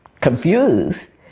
confused